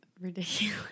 ridiculous